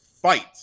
Fight